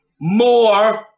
more